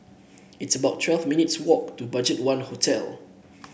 it's about twelve minutes' walk to BudgetOne Hotel